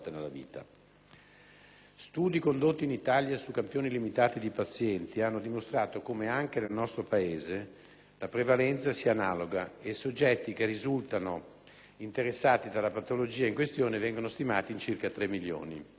Studi condotti in Italia su campioni limitati di pazienti hanno dimostrato come anche nel nostro Paese la prevalenza sia analoga e i soggetti che risultano interessati dalla patologia in questione vengono stimati in circa 3 milioni.